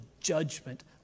judgment